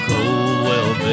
Coldwell